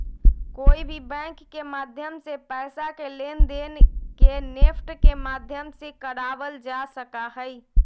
कोई भी बैंक के माध्यम से पैसा के लेनदेन के नेफ्ट के माध्यम से करावल जा सका हई